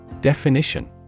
definition